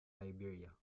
liberia